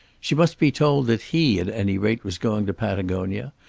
she must be told that he at any rate was going to patagonia,